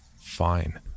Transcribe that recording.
fine